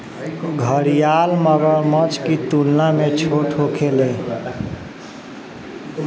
घड़ियाल मगरमच्छ की तुलना में छोट होखेले